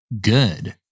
good